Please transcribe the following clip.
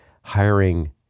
hiring